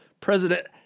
president